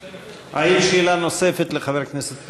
האם יש שאלה נוספת לחבר הכנסת פרי?